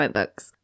books